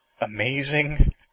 amazing